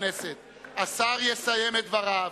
רבותי חברי הכנסת, השר יסיים את דבריו.